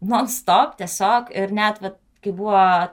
non stop tiesiog ir net vat kai buvo